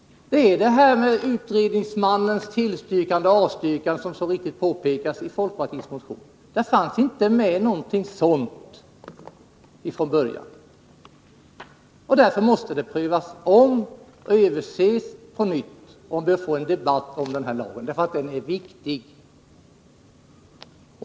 Regeln om utredningsmannens tillstyrkande eller avstyrkande fanns, som så riktigt påpekas i folkpartiets motion, inte med från början. Därför måste lagen prövas om och överses på nytt, och vi bör få en debatt om den, för den är viktig.